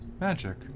Magic